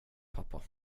pappa